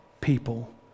people